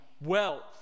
wealth